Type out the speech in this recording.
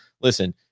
listen